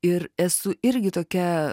ir esu irgi tokia